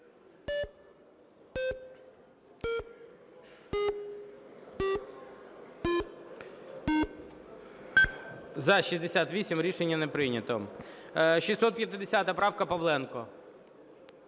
За-68 Рішення не прийнято. 650 правка, Павленко.